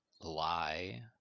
lie